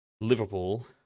Liverpool